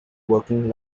working